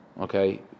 okay